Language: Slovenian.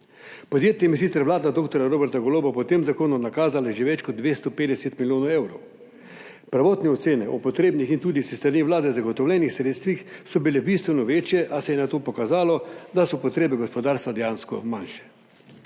Podjetjem je sicer vlada dr. Roberta Goloba po tem zakonu nakazala že več kot 250 milijonov evrov. Prvotne ocene o potrebnih in tudi s strani vlade zagotovljenih sredstvih so bile bistveno večje, a se je nato pokazalo, da so potrebe gospodarstva dejansko manjše.